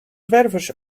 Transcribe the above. zwervers